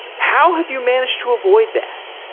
how have you managed to avoid that?